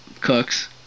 Cooks